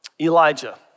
Elijah